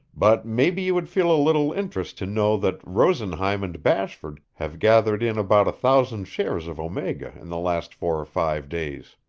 but maybe you would feel a little interest to know that rosenheim and bashford have gathered in about a thousand shares of omega in the last four or five days.